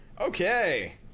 Okay